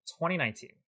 2019